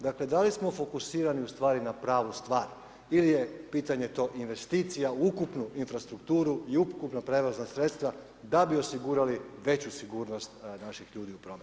Dakle da li smo fokusirani ustvari na pravu stvar ili je pitanje to investicija u ukupnu infrastrukturu i ukupna prijevozna sredstva da bi osigurali veću sigurnost naših ljudi u prometu?